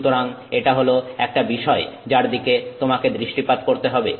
সুতরাং এটা হল একটা বিষয় যার দিকে তোমাকে দৃষ্টিপাত করতে হবে